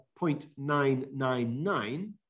0.999